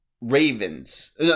Ravens